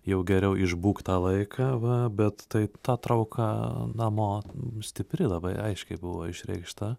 jau geriau išbūk tą laiką va bet tai ta trauka namo nu stipri labai aiškiai buvo išreikšta